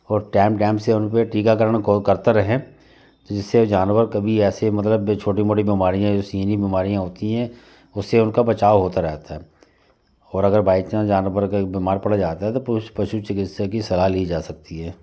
और time time से उनपे टीकाकरण को करता रहें जिससे जानवर कभी ऐसे मतलब बे छोटी मोटी बीमारियाँ जो सीजनी बीमारियाँ होती हैं उससे उनका बचाव होता रहता है और अगर बाइ चांस जानवर अगर बीमार पड़ जाता है तो पशु चिकित्सक की सलाह ली जा सकती है